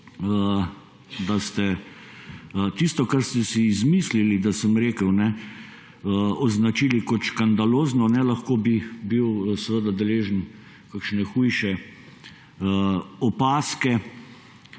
da ste tisto, kar ste si izmislili, da sem rekel, označili kot škandalozno. Lahko bi bil deležen kakšne hujše opazke.